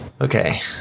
Okay